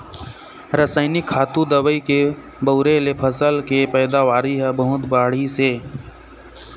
रसइनिक खातू, दवई के बउरे ले फसल के पइदावारी ह बहुत बाढ़िस हे